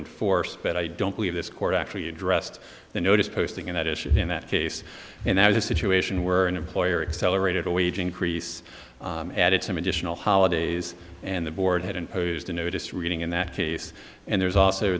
enforced but i don't believe this court actually addressed the notice posting in that issue in that case and that was a situation where an employer accelerated a wage increase added some additional holidays and the board hadn't posed a notice reading in that case and there's also